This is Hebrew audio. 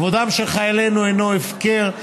כבודם של חיילינו אינו הפקר,